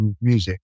music